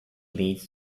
leads